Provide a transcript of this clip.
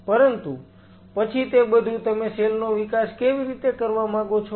પરંતુ પછી તે બધું તમે સેલ નો વિકાસ કેવી રીતે કરવા માંગો છો